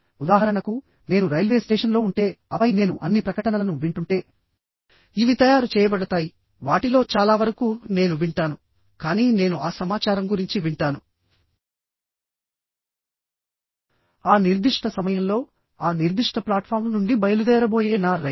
ఉదాహరణకు నేను రైల్వే స్టేషన్లో ఉంటే ఆపై నేను అన్ని ప్రకటనలను వింటుంటే ఇవి తయారు చేయబడతాయి వాటిలో చాలా వరకు నేను వింటాను కానీ నేను ఆ సమాచారం గురించి వింటాను ఆ నిర్దిష్ట సమయంలో ఆ నిర్దిష్ట ప్లాట్ఫాం నుండి బయలుదేరబోయే నా రైలు